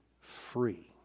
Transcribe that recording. free